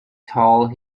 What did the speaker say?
told